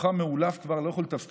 כולך מעולף כבר ולא יכול לתפקד.